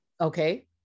Okay